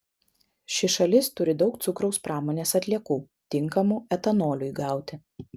ši šalis turi daug cukraus pramonės atliekų tinkamų etanoliui gauti